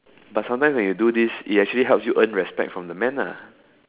but sometime when you do this it actually help you earn respect from the man ah